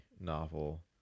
novel